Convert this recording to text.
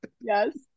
Yes